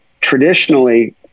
traditionally